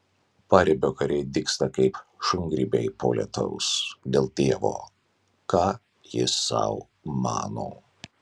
paribio kariai dygsta kaip šungrybiai po lietaus dėl dievo ką jis sau mano